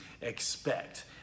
expect